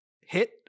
hit